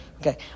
Okay